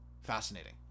fascinating